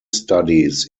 studies